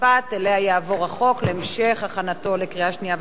שאליה היא תועבר להמשך הכנת החוק לקריאה שנייה ושלישית.